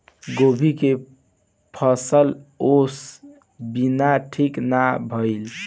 गोभी के फसल ओस बिना ठीक ना भइल